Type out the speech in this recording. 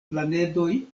planedoj